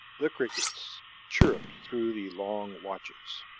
the crickets chirruped through the long watches.